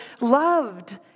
loved